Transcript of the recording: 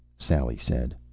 sally said.